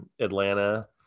Atlanta